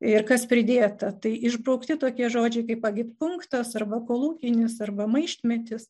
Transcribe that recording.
ir kas pridėta tai išbraukti tokie žodžiai kaip agitpunktas arba kolūkinis arba maištmetis